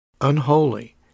Unholy